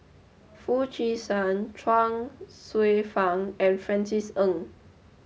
Foo Chee San Chuang Hsueh Fang and Francis Ng